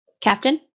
captain